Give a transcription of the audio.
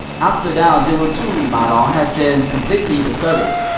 after down zero two, ma long has changed completely the service.